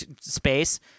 space